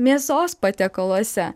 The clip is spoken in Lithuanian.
mėsos patiekaluose